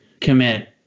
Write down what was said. commit